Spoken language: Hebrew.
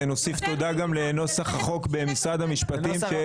נוסיף תודה גם לנוסח החוק במשרד המשפטים,